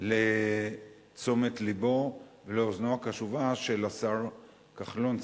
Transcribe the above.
לתשומת לבו ולאוזנו הקשובה של השר כחלון,